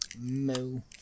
No